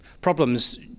problems